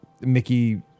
Mickey